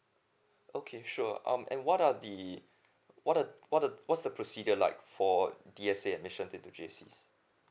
okay sure um and what are the what are what are what's the procedure like for D_S_A admission into J_C